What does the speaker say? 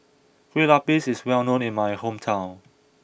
Kue Lupis is well known in my hometown